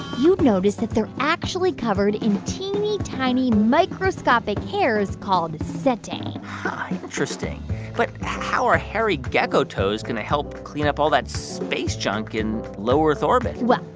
you'd notice that they're actually covered in teeny, tiny microscopic hairs called setae interesting but how are hairy gecko toes going to help clean up all that space junk in low-earth orbit? well,